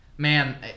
Man